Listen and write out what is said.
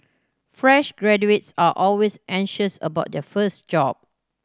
fresh graduates are always anxious about their first job